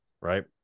Right